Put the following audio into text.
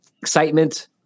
excitement